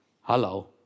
Hello